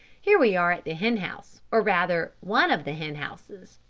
here we are at the hen house, or rather one of the hen houses.